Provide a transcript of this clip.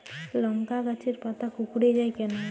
লংকা গাছের পাতা কুকড়ে যায় কেনো?